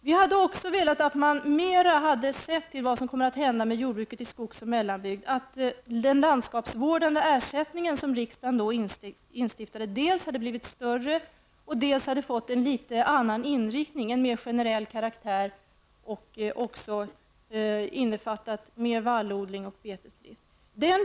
Vi hade också velat att man mer sett till vad som kommer att hända med jordbruket i skogs och mellanbygd och att den av riksdagen instiftade ersättningen för landskapsvård dels hade blivit större, dels hade fått en något annan inriktning, en mer generell karaktär, och också innefattat vallodling och betesdrift.